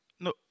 No